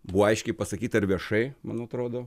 buvo aiškiai pasakyta ir viešai man atrodo